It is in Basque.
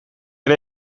ere